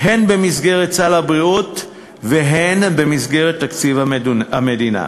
הן במסגרת סל הבריאות והן במסגרת תקציב המדינה.